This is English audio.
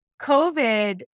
COVID